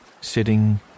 sitting